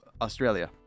Australia